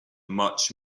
much